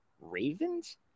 Ravens